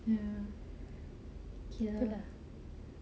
ya okay lah